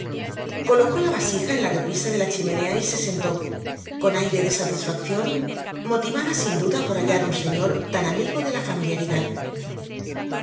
colocó la vasija en la repisa de la chimenea y se sentó con aire de satisfacción motivada sin duda por hallar un señor tan amigo de la familiaridad